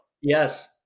Yes